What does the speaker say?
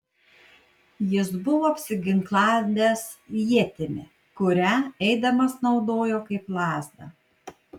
jis buvo apsiginklavęs ietimi kurią eidamas naudojo kaip lazdą